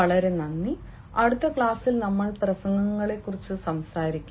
വളരെ നന്ദി അടുത്ത ക്ലാസ്സിൽ നമ്മൾ പ്രസംഗങ്ങളെക്കുറിച്ച് സംസാരിക്കും